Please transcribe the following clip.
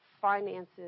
finances